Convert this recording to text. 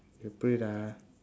lah